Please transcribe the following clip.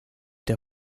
der